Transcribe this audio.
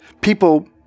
People